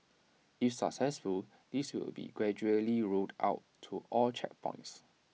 if successful this will be gradually rolled out to all checkpoints